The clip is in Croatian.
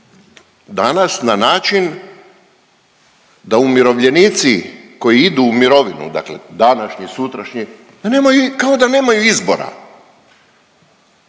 danas na način da umirovljenici koji idu u mirovinu, dakle današnji, sutrašnji kao da nemaju izbora.